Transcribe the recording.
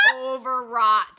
overwrought